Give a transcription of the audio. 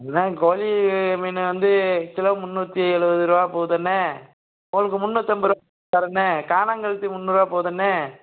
அண்ணே கோழி மீன் வந்து கிலோ முந்நூற்றி எழுபதுரூவா போகுதுண்ணே உங்களுக்கு முந்நூற்றம்பதுரூவா தர்றேண்ணே கானாங்கெழுத்தி முந்நூறுரூபா போகுதுண்ணே